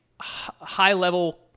high-level